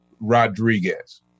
Rodriguez